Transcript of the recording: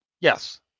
Yes